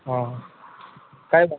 હ કાઇ વા